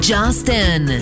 Justin